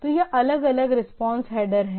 तो ये अलग अलग रिस्पांस हेडर हैं